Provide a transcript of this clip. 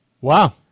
Wow